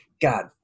god